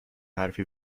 حرفی